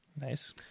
Nice